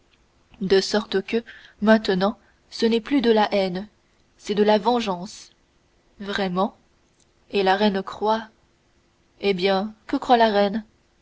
de sorte que maintenant ce n'est plus de la haine c'est de la vengeance vraiment et la reine croit eh bien que croit la reine